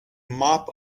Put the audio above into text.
mop